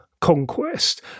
conquest